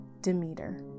Demeter